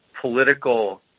political